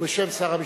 ובשם שר המשפטים.